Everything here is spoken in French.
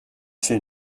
fait